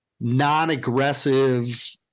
non-aggressive